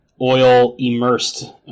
oil-immersed